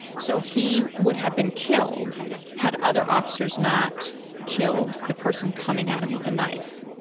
so, he would have been killed had other officers not killed the person coming at him with a knife.